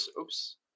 oops